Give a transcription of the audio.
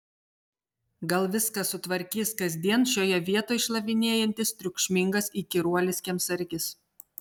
gal viską sutvarkys kasdien šioje vietoj šlavinėjantis triukšmingas įkyruolis kiemsargis